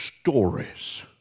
stories